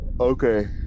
Okay